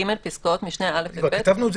(ג) פסקאות משנה (א) ו-(ב) לא יחולו על